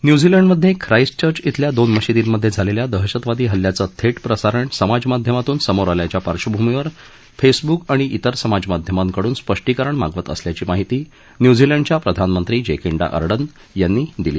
न्यूझीलंडमधे Christchurch इथल्या दोन मशिदींमधे झालेल्या दहशतवादी हल्ल्याचं थे प्रसारण समाजमाध्यमातून समोर आल्याच्या पार्श्वभूमीवर फेसबुक आणि इतर समाजमाध्यमांकडून स्पष्टीकरण मागवत असल्याची माहिती न्यूझीलंडच्या प्रधानमंत्री जेकिडा अर्डर्न यांनी दिली